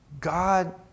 God